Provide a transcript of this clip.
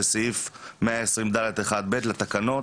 זה סעיף 120ד'1ב' לתקנות.